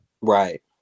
Right